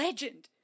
Legend